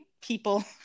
people